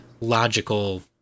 logical